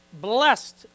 blessed